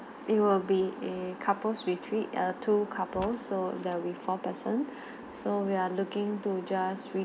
it will be a couples with trip err two couple so that we four person so we are looking to just re~